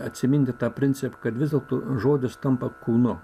atsiminti tą principą kad vis dėlto žodis tampa kūnu